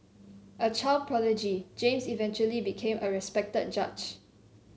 a child prodigy James eventually became a respected judge